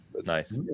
nice